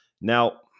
Now